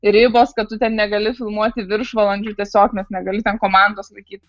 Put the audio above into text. ribos kad tu ten negali filmuoti viršvalandžių tiesiog nes negali ten komandos laikyt